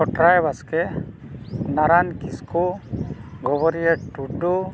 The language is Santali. ᱪᱷᱚᱴᱨᱟᱭ ᱵᱟᱥᱠᱮ ᱱᱟᱨᱟᱭ ᱠᱤᱥᱠᱩ ᱜᱚᱵᱚᱨᱤᱭᱟᱹ ᱴᱩᱰᱩ